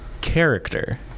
character